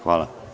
Hvala.